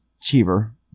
Cheever